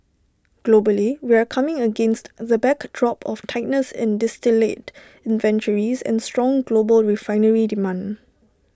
globally we're coming against the backdrop of tightness in distillate inventories and strong global refinery demand